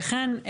וכן,